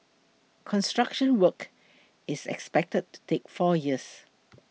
construction work is expected to take four years